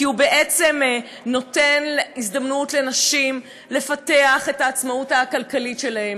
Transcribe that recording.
כי הוא בעצם נותן הזדמנות לנשים לפתח את העצמאות הכלכלית שלהן,